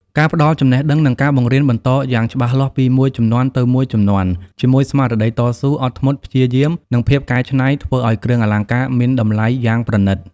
ការផ្តល់ចំណេះដឹង និងការបង្រៀនបន្តយ៉ាងច្បាស់លាស់ពីមួយជំនាន់ទៅមួយជំនាន់ជាមួយស្មារតីតស៊ូ អត់ធ្មត់ ព្យាយាម និងភាពកែច្នៃធ្វើឲ្យគ្រឿងលអង្ការមានតម្លៃយ៉ាងប្រណិត។